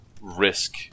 risk